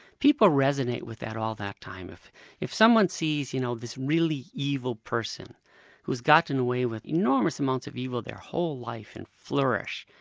people resonate with that all that time. if if someone sees you know, this really evil person who's gotten away with enormous amounts of evil their whole life, and flourish,